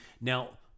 Now